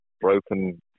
broken